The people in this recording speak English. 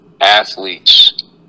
athletes